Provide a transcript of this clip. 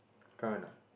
correct or not